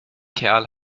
kerl